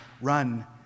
run